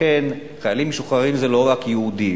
לכן, חיילים משוחררים זה לא רק יהודים.